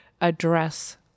address